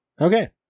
Okay